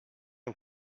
und